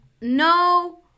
no